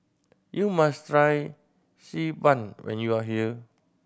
you must try Xi Ban when you are here